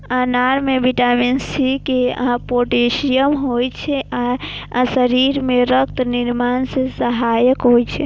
अनार मे vitamin C, के आ पोटेशियम होइ छै आ शरीर मे रक्त निर्माण मे सहायक होइ छै